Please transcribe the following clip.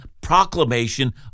proclamation